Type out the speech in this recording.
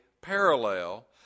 parallel